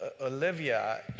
Olivia